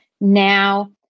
Now